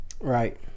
Right